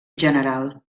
general